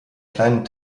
kleinen